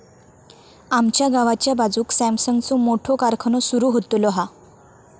आमच्या गावाच्या बाजूक सॅमसंगचो मोठो कारखानो सुरु होतलो हा